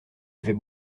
avait